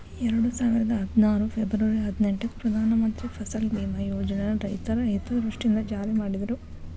ಎರಡುಸಾವಿರದ ಹದ್ನಾರು ಫೆಬರ್ವರಿ ಹದಿನೆಂಟಕ್ಕ ಪ್ರಧಾನ ಮಂತ್ರಿ ಫಸಲ್ ಬಿಮಾ ಯೋಜನನ ರೈತರ ಹಿತದೃಷ್ಟಿಯಿಂದ ಜಾರಿ ಮಾಡಿದ್ರು